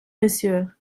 monsieur